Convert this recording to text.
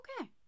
okay